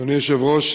אדוני היושב-ראש,